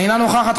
אינה נוכחת,